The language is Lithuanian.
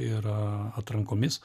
ir atrankomis